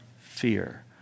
fear